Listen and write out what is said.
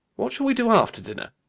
what shall we do after dinner?